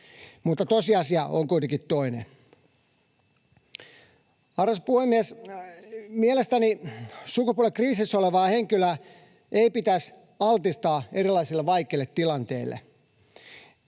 Mutta tosiasia on kuitenkin toinen. Arvoisa puhemies! Mielestäni sukupuolikriisissä olevaa henkilöä ei pitäisi altistaa erilaisille vaikeille tilanteille,